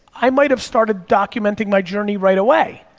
i might have started documenting my journey right away.